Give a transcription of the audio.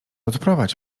odprowadź